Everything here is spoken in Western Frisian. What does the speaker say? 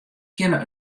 kinne